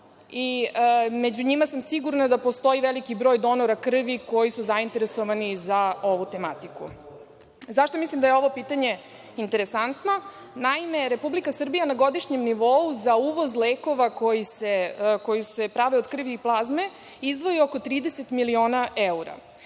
među njima sam sigurna da postoji i veliki broj donora krvi koji su zainteresovani za ovu tematiku.Zašto mislim da je ovo pitanje interesantno? Naime, Republika Srbija na godišnjem nivou za uvoz lekova koji se prave od krvi i plazme izdvoji oko 30 miliona eura,